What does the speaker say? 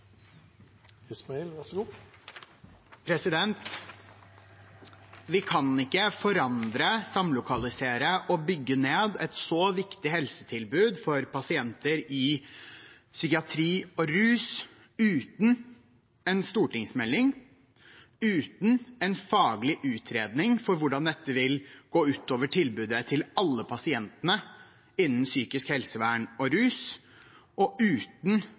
ned et så viktig helsetilbud for pasienter i psykiatri og rus uten en stortingsmelding, uten en faglig utredning for hvordan dette vil gå ut over tilbudet til alle pasientene innen psykisk helsevern og rus, og uten